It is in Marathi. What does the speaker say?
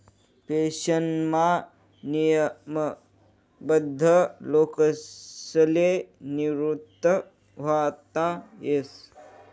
पेन्शनमा नियमबद्ध लोकसले निवृत व्हता येस